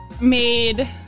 made